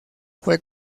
fue